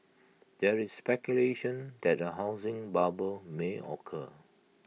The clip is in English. there is speculation that A housing bubble may occur